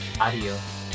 Adios